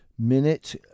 Minute